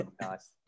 nice